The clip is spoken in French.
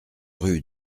rue